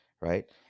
Right